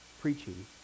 preaching